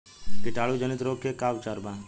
कीटाणु जनित रोग के का उपचार बा?